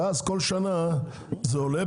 ואז בכל שנה זה עולה.